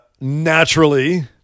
Naturally